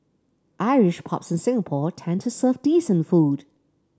Irish pubs in Singapore tend to serve decent food